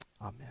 amen